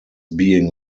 being